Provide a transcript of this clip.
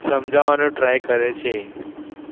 સમજાવાનો try કરે છે